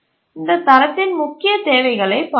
இந்தத் தரத்தின் முக்கிய தேவைகளைப் பார்த்தோம்